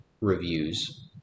reviews